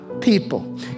people